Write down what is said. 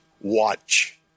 Watch